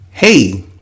Hey